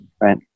Right